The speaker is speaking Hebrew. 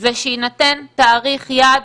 שיינתן תאריך יעד,